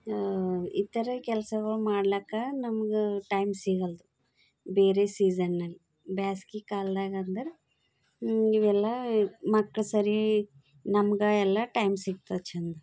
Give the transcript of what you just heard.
ಇತರೆ ಕೆಲ್ಸಗಳು ಮಾಡ್ಲಾಕ ನಮ್ಗೆ ಟೈಮ್ ಸಿಗಲ್ದು ಬೇರೆ ಸೀಸನ್ನಲ್ಲಿ ಬೇಸಿಗೆ ಕಾಲದಾಗ ಅಂದ್ರೆ ನೀವೆಲ್ಲ ಮಕ್ಳು ಸರಿ ನಮ್ಗೆ ಎಲ್ಲ ಟೈಮ್ ಸಿಗ್ತದೆ ಚಂದ